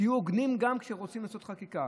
תהיו הוגנים גם כשרוצים לעשות חקיקה,